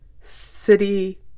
city